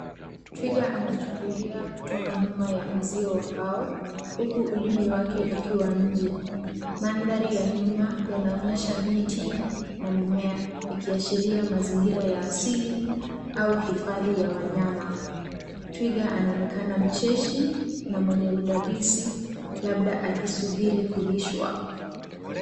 Twiga anachungulia kutoka nyuma ya uzio wa mbao, huku ulimi wake ukiwa nje. Mandhari ya nyuma yanaonyesha miti na mimea ikiashiria mazingira ya asili au hifadhi ya wanyama. Twiga anaonekana mcheshi, na mwenye udadisi labda akisubiri kulishwa.